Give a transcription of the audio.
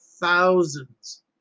thousands